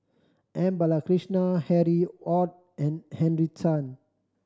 M Balakrishnan Harry Ord and Henry Tan